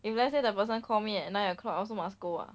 if let's say the person call me at nine o'clock I also must go ah